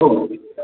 औ